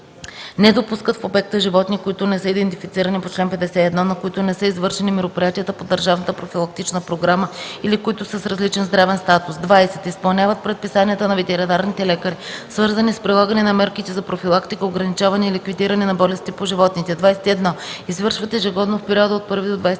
не допускат в обекта животни, които не са идентифицирани по чл. 51, на които не са извършени мероприятията по държавната профилактична програма или които са с различен здравен статус; 20. изпълняват предписанията на ветеринарните лекари, свързани с прилагане на мерките за профилактика, ограничаване и ликвидиране на болестите по животните; 21. извършват ежегодно в периода от 1 до 20